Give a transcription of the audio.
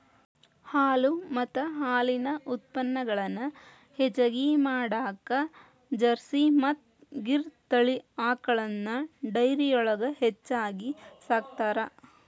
ಹಾಲು ಮತ್ತ ಹಾಲಿನ ಉತ್ಪನಗಳನ್ನ ಹೆಚ್ಚಗಿ ಮಾಡಾಕ ಜರ್ಸಿ ಮತ್ತ್ ಗಿರ್ ತಳಿ ಆಕಳಗಳನ್ನ ಡೈರಿಯೊಳಗ ಹೆಚ್ಚಾಗಿ ಸಾಕ್ತಾರ